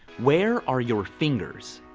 where are your fingers?